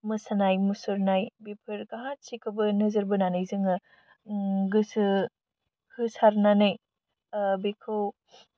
मोसानाय मुसुरनाय बिफोर गासिखौबो नोजोर बोनानै जोङो गोसो होसारनानै बेखौ